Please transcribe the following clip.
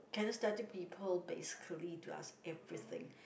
kinaesthetic people basically does everything